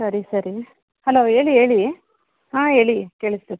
ಸರಿ ಸರಿ ಹಲೋ ಹೇಳಿ ಹೇಳಿ ಹಾಂ ಹೇಳಿ ಕೇಳಿಸ್ತಿದೆ